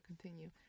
continue